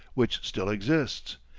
which still exists.